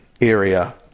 area